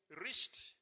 reached